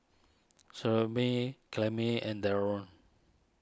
and Darron